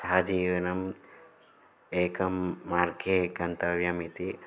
सहजीवनम् एकं मार्गे गन्तव्यम् इति